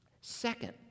Second